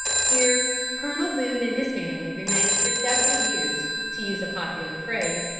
here colonel boone and his family remained for several years, to use a popular phrase,